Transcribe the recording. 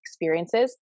experiences